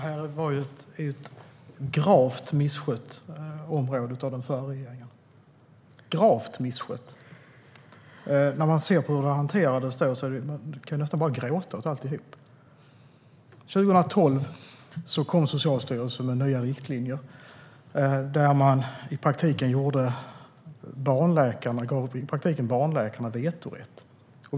Herr talman! Det här är ett gravt misskött område av den förra regeringen. När jag ser på hur frågan hanterades kan jag nästan bara gråta åt allt. År 2012 kom Socialstyrelsen med nya riktlinjer. I praktiken gavs barnläkarna vetorätt.